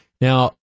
Now